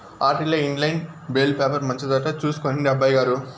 ఆటిల్ల inline bale wrapper మంచిదట చూసి కొనండి అబ్బయిగారు